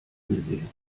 gesehen